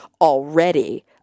already